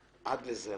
עד לזרא.